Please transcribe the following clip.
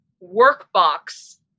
workbox